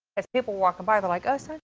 as people walking by they're like, oh, so